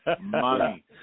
Money